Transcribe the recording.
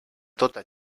tota